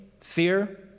fear